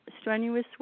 Strenuous